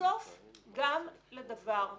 סוף גם לדבר הזה.